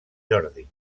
jordi